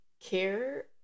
care